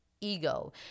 ego